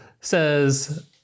says